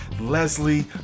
Leslie